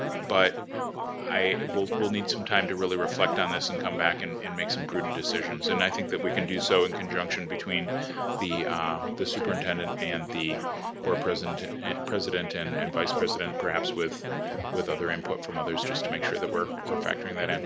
but i will will need some time to really reflect on this and come back and and make some prudent decisions. and i think that we can do so in conjunction between the ah the superintendent and the board president president and vice president perhaps with with other input from others just to make sure that we're we're factoring that in.